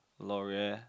Loreal